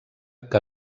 que